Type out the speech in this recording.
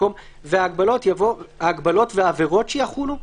במקום "וההגבלות" יבוא "ההגבלות והעבירות שיחולו".